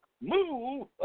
move